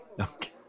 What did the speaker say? Okay